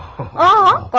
o